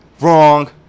wrong